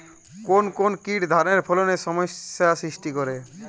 কোন কোন কীট ধানের ফলনে সমস্যা সৃষ্টি করে?